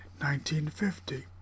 1950